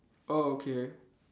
oh okay